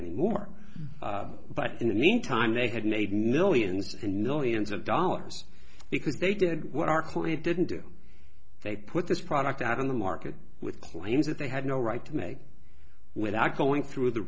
anymore but in the meantime they had made millions and millions of dollars because they did what our core didn't do they put this product out on the market with claims that they had no right to make without going through the